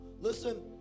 Listen